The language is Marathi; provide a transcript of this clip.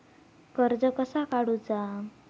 कर्ज कसा काडूचा?